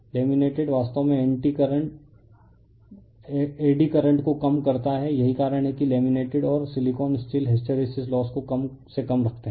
lamination वास्तव में eddy current को कम करता है यही कारण है कि लैमिनेटेड और सिलिकॉन स्टील हिस्टैरिसीस लोस को कम से कम रखते हैं